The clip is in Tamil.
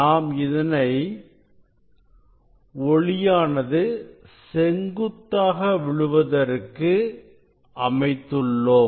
நாம் இதனை ஒளியானது செங்குத்தாக விழுவதற்காக அமைத்துள்ளோம்